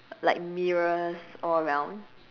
like mirrors all around